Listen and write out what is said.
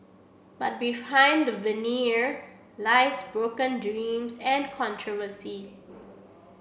but behind the veneer lies broken dreams and controversy